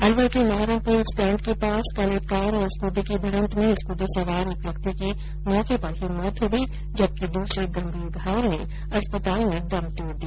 अलवर के महरमपुर स्टैण्ड के पास कल एक कार और स्कृटी की भिडंत में स्कृटी सवार एक व्यक्ति की मौके पर ही मौत हो गयी जबकि दूसरे गंभीर घायल ने अस्पताल में दम तोड़ दिया